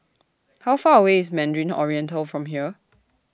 How Far away IS Mandarin Oriental from here